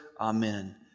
Amen